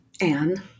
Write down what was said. Anne